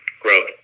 growth